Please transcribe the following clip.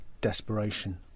desperation